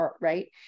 Right